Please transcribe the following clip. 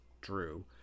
drew